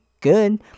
good